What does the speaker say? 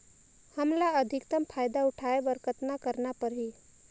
हमला अधिकतम फायदा उठाय बर कतना करना परही?